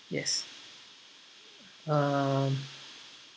yes um